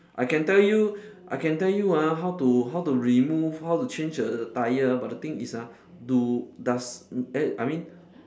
I can tell you I can tell you ah how to how to remove how to change a tyre ah but the thing is ah do does m~ eh I mean